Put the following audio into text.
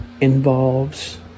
involves